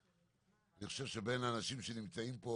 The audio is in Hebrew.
אני חושב שבין האנשים שנמצאים פה